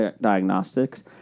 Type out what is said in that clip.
Diagnostics